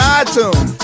iTunes